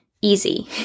easy